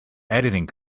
editing